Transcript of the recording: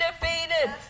defeated